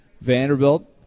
Vanderbilt